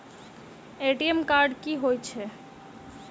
ATM card की हएत छै?